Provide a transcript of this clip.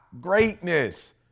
greatness